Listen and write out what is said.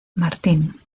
martín